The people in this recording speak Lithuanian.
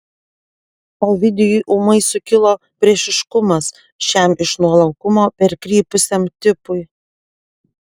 ovidijui ūmai sukilo priešiškumas šiam iš nuolankumo perkrypusiam tipui